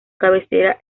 cabecera